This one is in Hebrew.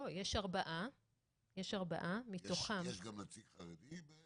יש גם נציג חרדי?